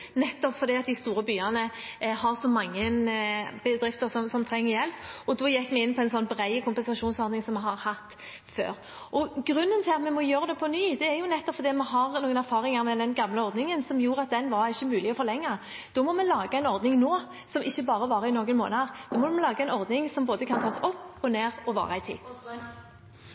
mange bedrifter som trenger hjelp. Da gikk vi inn på en bred kompensasjonsordning som vi har hatt før. Grunnen til at vi må gjøre det på nytt, er nettopp at vi har noen erfaringer med den gamle ordningen som gjorde at den ikke var mulig å forlenge. Da må vi lage en ordning nå som ikke bare varer i noen måneder. Nå må vi lage en ordning som kan gå både opp og ned og vare i tid.